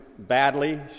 Badly